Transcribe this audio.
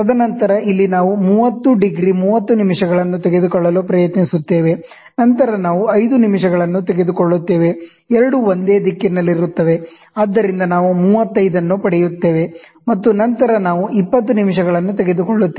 ತದನಂತರ ಇಲ್ಲಿ ನಾವು 30 ಡಿಗ್ರಿ 30 ನಿಮಿಷಗಳನ್ನು ತೆಗೆದುಕೊಳ್ಳಲು ಪ್ರಯತ್ನಿಸುತ್ತೇವೆ ನಂತರ ನಾವು 5 ನಿಮಿಷಗಳನ್ನು ತೆಗೆದುಕೊಳ್ಳುತ್ತೇವೆ ಎರಡೂ ಒಂದೇ ದಿಕ್ಕಿನಲ್ಲಿರುತ್ತವೆ ಆದ್ದರಿಂದ ನಾವು 35 ಅನ್ನು ಪಡೆಯುತ್ತೇವೆ ಮತ್ತು ನಂತರ ನಾವು 20 ನಿಮಿಷಗಳನ್ನು ತೆಗೆದುಕೊಳ್ಳುತ್ತೇವೆ